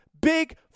Big